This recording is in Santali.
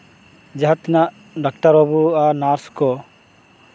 ᱡᱟᱦᱟᱸ ᱛᱤᱱᱟᱹᱜ ᱰᱟᱠᱴᱟᱨ ᱵᱟᱹᱵᱩ ᱟᱨ ᱱᱟᱨᱥ ᱠᱚ